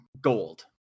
gold